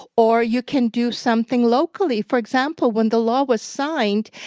or you can do something locally. for example, when the law was signed,